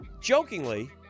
jokingly